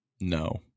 No